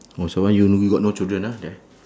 oh so you you got no children ah there